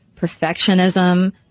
perfectionism